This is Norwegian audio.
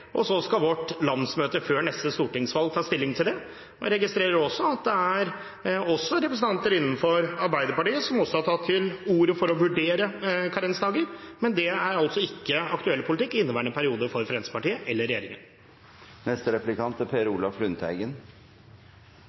diskutert. Så skal vårt landsmøte før neste stortingsvalg ta stilling. Jeg registrerer at det også er representanter innenfor Arbeiderpartiet som har tatt til orde for å vurdere karensdager, men dette er altså ikke aktuell politikk for Fremskrittspartiet eller regjeringen